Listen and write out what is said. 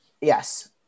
Yes